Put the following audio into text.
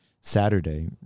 Saturday